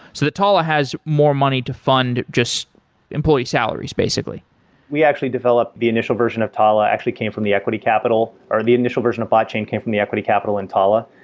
so that talla has more money to fund just employee salaries basically we actually developed the initial version of talla, actually came from the equity capital. or the initial version of botchain came from the equity capital in talla.